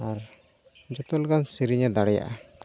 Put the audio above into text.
ᱟᱨ ᱡᱚᱛᱚ ᱞᱮᱠᱟᱱ ᱥᱮᱨᱮᱧᱮ ᱫᱟᱲᱮᱭᱟᱜᱼᱟ